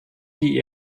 die